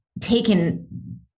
taken